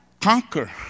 Conquer